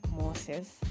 Moses